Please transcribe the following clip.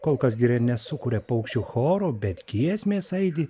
kol kas giria nesukuria paukščių choro bet giesmės aidi